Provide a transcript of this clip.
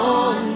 on